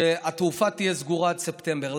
שהתעופה תהיה סגורה עד ספטמבר.